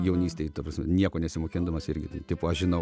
jaunystėj ta prasme nieko nesimokydamas irgi tai tipo žinau